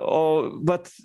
o vat